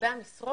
לגבי המשרות